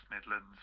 Midlands